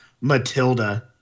Matilda